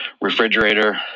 refrigerator